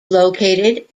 located